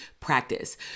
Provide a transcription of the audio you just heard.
practice